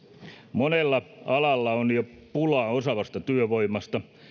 monella alalla on jo pulaa osaavasta työvoimasta